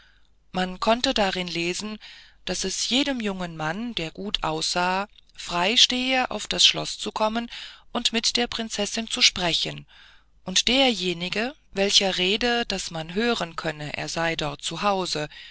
man konnte darin lesen daß es jedem jungen mann der gut aussah frei stehe auf das schloß zu kommen und mit der prinzessin zu sprechen und derjenige welcher rede daß man hören könne er sei dort